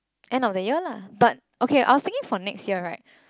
end of the year lah but okay I was thinking for next year right